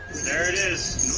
there it is.